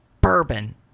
bourbon